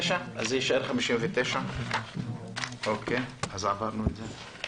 אז זה יישאר 59. אז עברנו את זה.